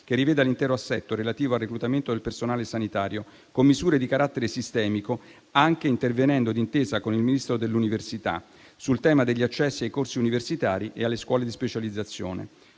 che riveda l'intero assetto relativo al reclutamento del personale sanitario con misure di carattere sistemico, anche intervenendo d'intesa con il Ministro dell'università sul tema degli accessi ai corsi universitari e alle scuole di specializzazione.